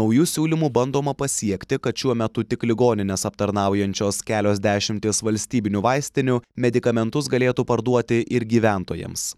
nauju siūlymu bandoma pasiekti kad šiuo metu tik ligonines aptarnaujančios kelios dešimtys valstybinių vaistinių medikamentus galėtų parduoti ir gyventojams